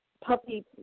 puppy